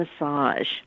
massage